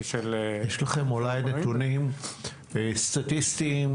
יש לכם נתונים סטטיסטיים,